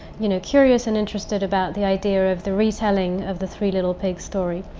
you know, curious and interested about the idea of the retelling of the three little pigs story.